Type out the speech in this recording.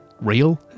real